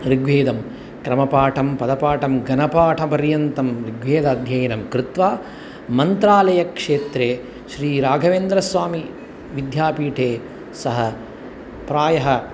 ऋग्वेदं क्रमपाठं पदपाठं घनपाठपर्यन्तं ऋग्वेदाध्ययनं कृत्वा मन्त्रालयक्षेत्रे श्रीराघवेन्द्रस्वामीविद्यापीठे सः प्रायः